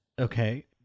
Okay